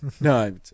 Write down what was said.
No